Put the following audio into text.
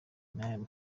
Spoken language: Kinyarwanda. inyungu